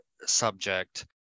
subject